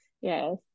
Yes